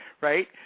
right